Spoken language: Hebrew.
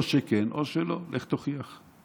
או שכן או שלא, לך תוכיח.